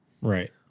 Right